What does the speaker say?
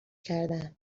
کردن